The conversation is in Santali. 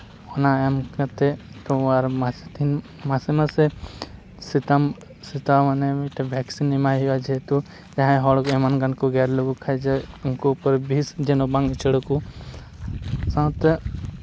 ᱚᱱᱟ ᱮᱢ ᱠᱟᱛᱮ ᱛᱚ ᱟᱨ ᱢᱟᱥ ᱛᱤᱱ ᱢᱟᱥᱮ ᱢᱟᱥᱮ ᱥᱮᱛᱟ ᱥᱮᱛᱟ ᱢᱟᱱᱮ ᱢᱤᱫᱴᱟᱱ ᱵᱷᱮᱠᱥᱤᱱ ᱮᱢᱟᱭ ᱦᱩᱭᱩᱜᱼᱟ ᱡᱮᱦᱮᱛᱩ ᱦᱚᱲ ᱮᱢᱟᱱ ᱜᱟᱱ ᱠᱚ ᱜᱮᱨ ᱞᱮᱠᱚ ᱠᱷᱟᱡ ᱡᱮ ᱩᱱᱠᱩ ᱵᱤᱥ ᱡᱮᱱᱚ ᱵᱟᱝ ᱩᱪᱟᱹᱲ ᱟᱠᱚ ᱥᱟᱶᱛᱮ